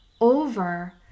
over